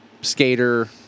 Skater